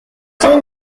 zone